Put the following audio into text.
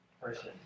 person